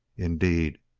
indeed,